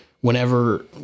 whenever